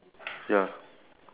no